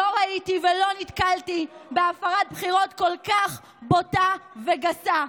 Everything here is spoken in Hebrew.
לא ראיתי ולא נתקלתי בהפרת הבטחת בחירות כל כך בוטה וגסה.